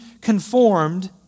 conformed